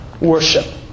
worship